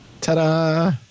Ta-da